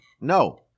No